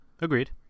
Agreed